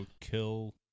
kill